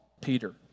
Peter